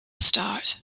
start